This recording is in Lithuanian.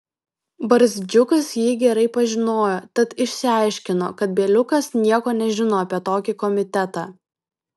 barzdžiukas jį gerai pažinojo tad išsiaiškino kad bieliukas nieko nežino apie tokį komitetą